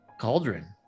Cauldron